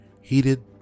heated